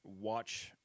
watch